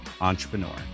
Entrepreneur